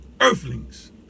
earthlings